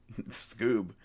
Scoob